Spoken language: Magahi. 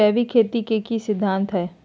जैविक खेती के की सिद्धांत हैय?